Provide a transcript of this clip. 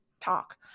talk